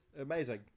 Amazing